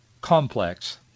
complex